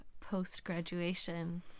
post-graduation